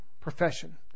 profession